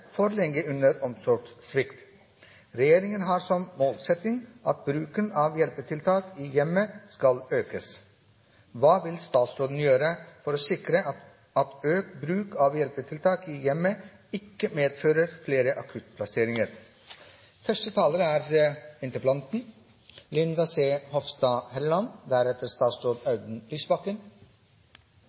for lenge under omsorgssvikt. Det har også reportasjer i Adresseavisen den siste tid avdekket. Regjeringen har som målsetting at bruken av hjelpetiltak i hjemmet skal økes. Hva vil statsråden gjøre for å sikre at økt bruk av hjelpetiltak i hjemmet ikke medfører flere akuttplasseringer? Det er et viktig tema representanten Hofstad Helleland